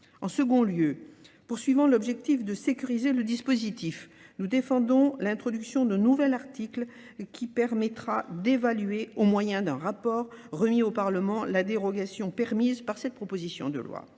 En second lieu, poursuivant l'objectif de sécuriser le dispositif, nous défendons l'introduction d'un nouvel article qui permettra d'évaluer au moyen d'un rapport remis au Parlement la dérogation permise par cette proposition de loi.